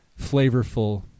flavorful